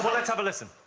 let's have a listen.